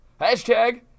Hashtag